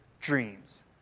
dreams